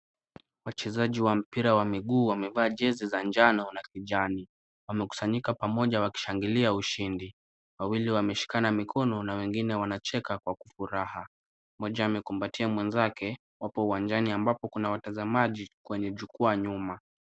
Wachezaji wa mpira wa miguu wamevaa jezi za njano na kijani. Wamekusanyika pamoja wakishangilia ushindi. Wawili wameshikana mikono na wengine wanacheka kwa kufuraha. Mmoja amekumbatia mwenzake wapo uwanjani ambopo kuna watazamaji kwenye jukwaa nyuma.